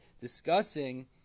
discussing